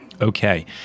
Okay